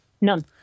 None